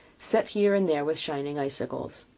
set here and there with shining icicles.